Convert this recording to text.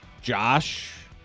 Josh